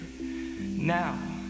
now